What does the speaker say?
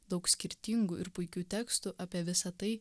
daug skirtingų ir puikių tekstų apie visa tai